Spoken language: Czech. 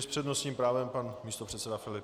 S přednostním právem pan místopředseda Filip.